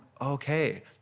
Okay